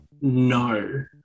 No